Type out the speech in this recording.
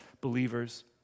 believers